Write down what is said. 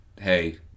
hey